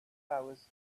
hours